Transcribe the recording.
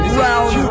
round